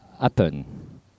happen